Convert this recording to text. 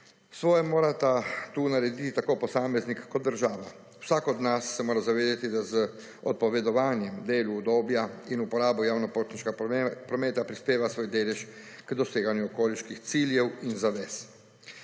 Svoje morata tu narediti tako posameznik, kot država. Vsak od nas se mora zavedati, da z odpovedovanjem delu udobja in uporabo javnega potniškega prometa prispeva svoj delež k doseganju okoliških ciljev in zavez.